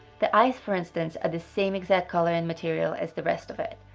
the eyes, for instance, are the same exact color and material as the rest of it,